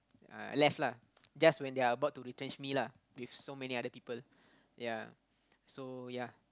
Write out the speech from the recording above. left lah just when they're about to retrench me lah with so many other people ya so ya